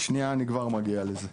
אני כבר מגיע לזה.